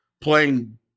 playing